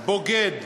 בוגד.